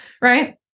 right